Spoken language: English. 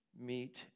meet